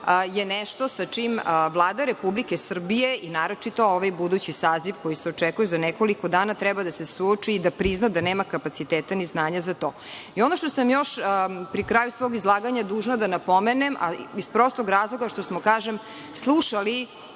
je nešto sa čim Vlada Republike Srbije i naročito ovaj budući saziv koji se očekuje za nekoliko dana treba da se suoči i da prizna da nema kapaciteta ni znanja za to. Ono što sam još pri kraju svog izlaganja dužna da napomenem, iz prostog razloga što smo slušali